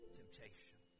temptation